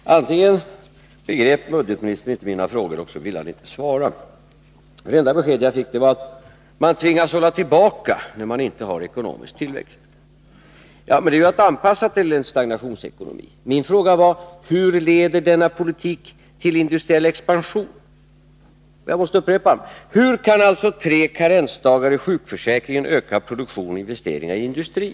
Fru talman! Antingen begrep budgetministern inte mina frågor eller också ville han inte svara. Det enda besked jag fick var att man tvingas hålla tillbaka när man inte har ekonomisk tillväxt. Men det är ju att anpassa sig till en stagnationsekonomi. Min fråga var: Hur leder denna politik till industriell expansion? Och jag upprepar min fråga: Hur kan tre karensdagar i sjukförsäkringen öka produktion och investeringar i industrin?